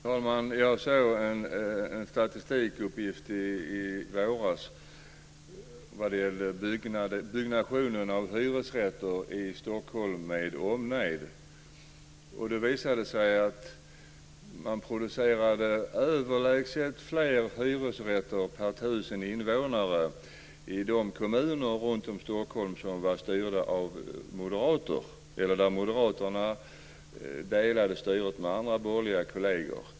Fru talman! Jag såg en statistikuppgift i våras vad gällde byggnationen av hyresrätter i Stockholm med omnejd. Det visade sig att man producerade överlägset fler hyresrätter per tusen invånare i de kommuner runtom Stockholm som var styrda av moderater eller där moderaterna delade styret med andra borgerliga kolleger.